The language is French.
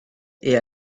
est